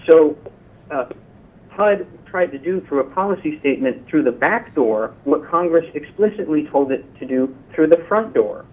so tried to do through a policy statement through the backdoor what congress explicitly told it to do through the front door